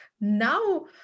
now